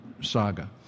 saga